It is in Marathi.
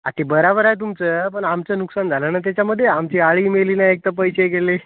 हां ते बराबर आहे तुमचं पण आमचं नुकसान झालं ना त्याच्यामध्ये आमची अळीही मेली नाही एकतर पैसे गेले